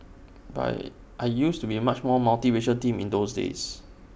but I used to be A much more multiracial team in those days